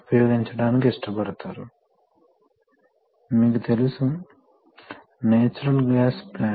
తదుపరిదానికి వెళుతున్నప్పుడు flow control valve